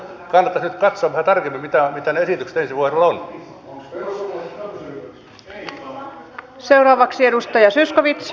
kannattaisi nyt katsoa vähän tarkemmin mitä ne esitykset ensi vuodelle ovat